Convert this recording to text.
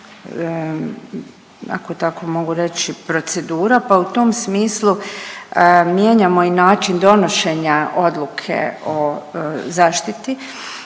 ako tamo mogu reći procedura, pa u tom smislu mijenjamo i način donošenja odluke o zaštiti